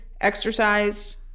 exercise